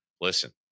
listen